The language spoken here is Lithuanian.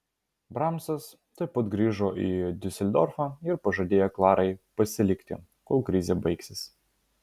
bramsas tuoj pat grįžo į diuseldorfą ir pažadėjo klarai pasilikti kol krizė baigsis